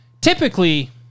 typically